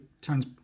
turns